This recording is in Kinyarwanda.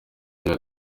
agira